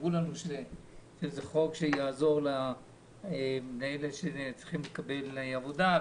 אמרו לנו שזה חוק שיעזור לאלה שצריכים לקבל עבודה,